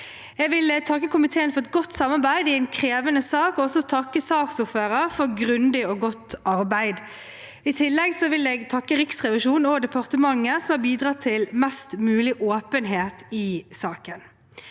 Jeg vil takke komiteen for et godt samarbeid i en krevende sak og også takke saksordføreren for grundig og godt arbeid. I tillegg vil jeg takke Riksrevisjonen og departementet, som har bidratt til mest mulig åpenhet i saken.